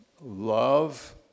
Love